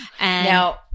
Now-